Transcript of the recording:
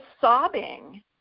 sobbing